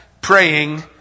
praying